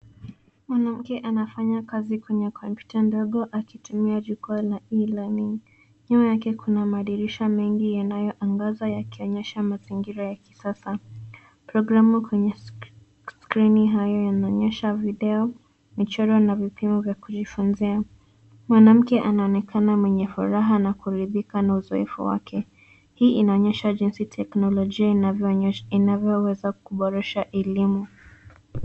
Mwanamke anafanya kazi kwenye kompyuta ndogo akitumia jukwaa la e-learning. Nyuma yake kuna madirisha mengi yanayoangaza yakionyesha mazingira ya kisasa. Programu kwenye skrini hayo yanaonyesha video, michoro na vipimo vya kujifunzia. Mwanamke anaonekana mwenye furaha na kuridhika na uzoefu wake. Hii inaonyesha jinsi teknolojia inavyoweza kuboresha elimu.